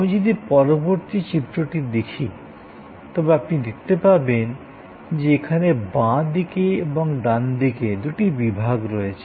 আমি যদি পরবর্তীটি চিত্রটি দেখেন তবে আপনি দেখতে পাবেন যে এখানে বাঁ দিকে এবং ডান দিকে দুটি বিভাগ রয়েছে